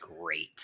great